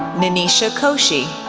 nineesha koshy,